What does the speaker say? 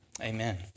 Amen